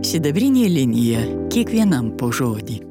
sidabrinė linija kiekvienam po žodį